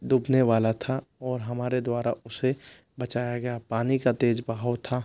डूबने वाला था और हमारे द्वारा उसे बचाया गया पानी का तेज़ बहाव था